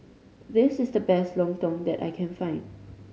this is the best lontong that I can find